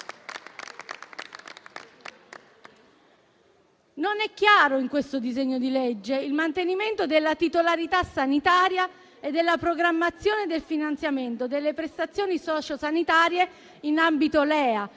Non è chiaro, in questo disegno di legge, il mantenimento della titolarità sanitaria e della programmazione del finanziamento delle prestazioni socio sanitarie in ambito LEA.